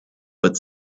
but